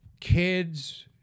kids